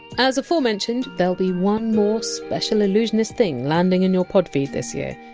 as aforementioned, there! ll be one more special allusional thing landing in your podfeed this year,